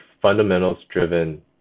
fundamentals-driven